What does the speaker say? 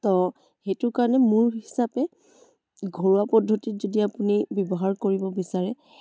তো সেইটো কাৰণে মোৰ হিচাপে ঘৰুৱা পদ্ধতিত যদি আপুনি ব্যৱহাৰ কৰিব বিচাৰে